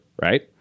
right